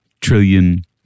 trillion